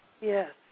Yes